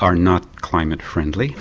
are not climate friendly.